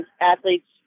athletes